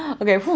ok,